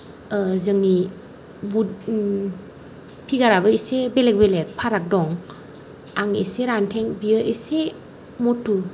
जोंनि फिगार आबो एसे बेलेग बेलेग फाराग दं आं एसे रान्थें बियो एसे मटु